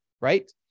right